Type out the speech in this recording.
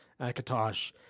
Akatosh